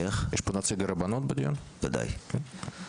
ודאי.